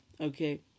okay